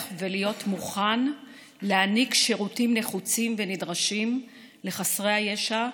ולהיות מוכן להעניק שירותים נחוצים ונדרשים לחסרי הישע,